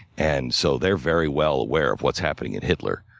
and so they're very well aware of what's happening in hitler.